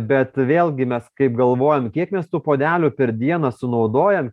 bet vėlgi mes kaip galvojam kiek mes tų puodelių per dieną sunaudojam